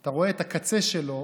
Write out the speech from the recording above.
אתה רואה את הקצה שלו.